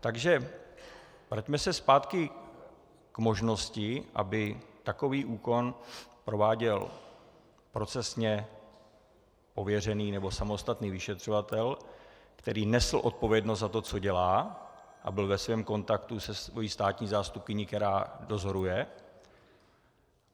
Takže vraťme se zpátky k možnosti, aby takový úkon prováděl procesně ověřený nebo samostatný vyšetřovatel, který nesl odpovědnost za to, co dělá, a byl v kontaktu se svou státní zástupkyní, která dozoruje,